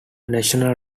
national